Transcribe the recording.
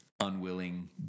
unwilling